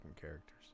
characters